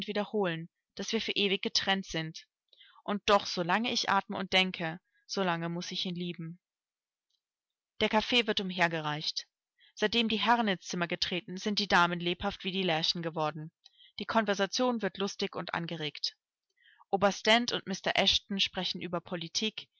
wiederholen daß wir für ewig getrennt sind und doch so lange ich atme und denke so lang muß ich ihn lieben der kaffee wird umhergereicht seitdem die herren ins zimmer getreten sind die damen lebhaft wie die lerchen geworden die konversation wird lustig und angeregt oberst dent und mr eshton sprechen über politik